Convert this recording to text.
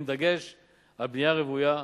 עם דגש על בנייה רוויה,